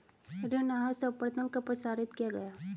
ऋण आहार सर्वप्रथम कब प्रसारित किया गया?